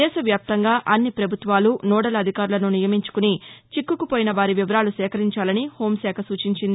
దేశవ్యాప్తంగా అన్ని పభుత్వాలు నోడల్ అధికారులను నియమించుకుని చిక్కుకుపోయిన వారి వివరాలు సేకరించాలని హోంశాఖ సూచించింది